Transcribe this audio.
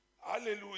Hallelujah